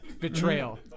betrayal